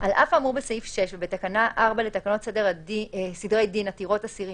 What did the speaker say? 11.(א)על אף האמור בסעיף 6 ובתקנה 4 לתקנות סדרי דין (עתירות אסירים),